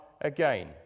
again